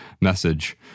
message